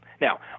Now